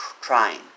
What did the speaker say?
trying